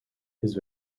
his